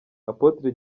apotre